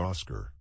Oscar